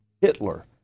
Hitler